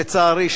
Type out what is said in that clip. לצערי,